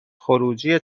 خروجی